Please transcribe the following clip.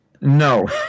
No